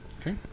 okay